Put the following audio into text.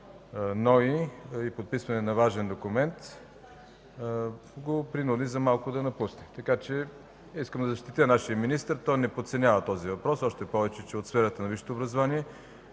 НОИ и подписване на важен документ го принуди за малко да напусне. Искам да защитя нашия министър. Той не подценява този въпрос, още повече че е от сферата на висшето образование.